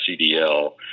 CDL